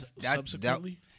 Subsequently